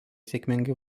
sėkmingai